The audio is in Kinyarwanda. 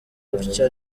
gutya